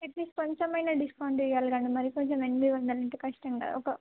at least కొంచెమనా discount ఇవ్వాలి కదా మరి కొంచెం ఎనిమిది వందలంటే కష్టం కద ఒక